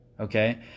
okay